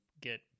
get –